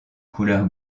couleur